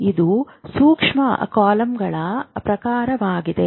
ಇದು ಸೂಕ್ಷ್ಮ ಕಾಲಮ್ಗಳ ಪ್ರಕಾರವಾಗಿದೆ